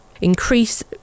increase